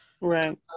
Right